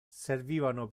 servivano